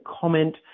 comment